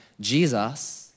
Jesus